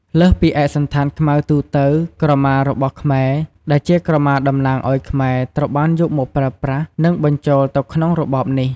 លើសពីឯកសណ្ឋានខ្មៅទូទៅ ក្រមារបស់ខ្មែរ ដែលជាក្រមាតំណាងឲ្យខ្មែរ ត្រូវបានយកមកប្រើប្រាស់ និងបញ្ចូលទៅក្នុងរបបនេះ។